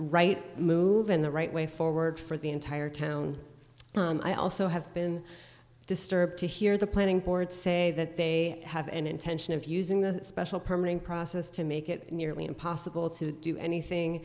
right move in the right way forward for the entire town i also have been disturbed to hear the planning board say that they have an intention of using the special permit process to make it nearly impossible to do anything